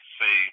say